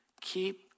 Keep